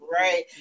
right